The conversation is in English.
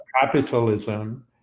capitalism